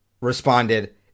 responded